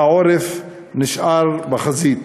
והעורף נשאר בחזית.